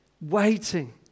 waiting